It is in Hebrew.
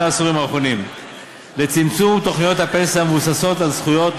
העשורים האחרונים לצמצום תוכניות הפנסיה המבוססות על זכויות,